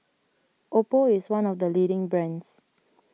Oppo is one of the leading brands